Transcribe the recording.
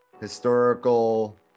historical